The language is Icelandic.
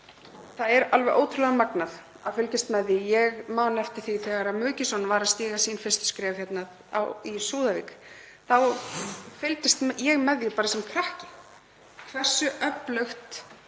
Það er alveg ótrúlega magnað að fylgjast með því. Ég man eftir því þegar Mugison var að stíga sín fyrstu skref í Súðavík. Þá fylgdist ég með því bara sem krakki hversu öflugt